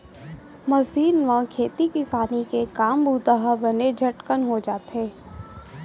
machine म खेती किसानी के काम बूता ह बने झटकन हो जाथे